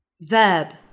Verb